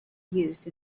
used